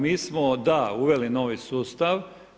Mi smo da, uveli novi sustav.